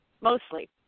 mostly